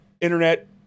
internet